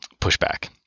pushback